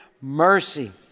mercy